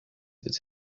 its